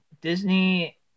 Disney